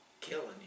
killing